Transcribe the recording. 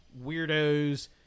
weirdos